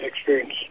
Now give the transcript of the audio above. experience